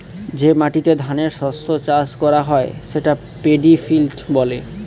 যে মাটিতে ধানের শস্য চাষ করা হয় সেটা পেডি ফিল্ড বলে